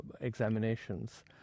examinations